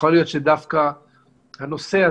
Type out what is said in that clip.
יכול להיות שדווקא הנושא הזה,